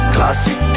Classic